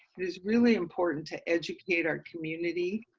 it is really important to educate our community,